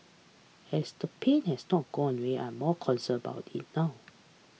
as the pain has not gone away I'm more concerned about it now